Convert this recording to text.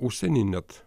užsieny net